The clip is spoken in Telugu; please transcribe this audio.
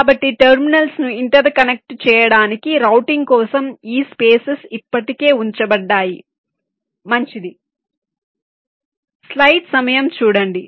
కాబట్టి టెర్మినల్స్ను ఇంటెర్కనెక్టు చేయడానికి రౌటింగ్ కోసం ఈ స్పేసెస్ ఇప్పటికే ఉంచబడ్డాయి మంచిది